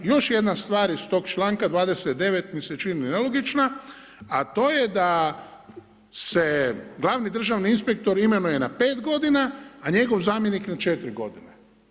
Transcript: Još jedna stvar iz tog članka 29. mi se čini nelogična, a to je da se glavni državni inspektor imenuje na 5 godina, a njegov zamjenik na 4 godine.